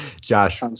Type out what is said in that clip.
josh